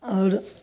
आओर